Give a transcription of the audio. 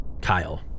Kyle